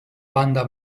banda